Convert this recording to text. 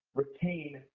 retain,